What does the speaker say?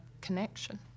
connection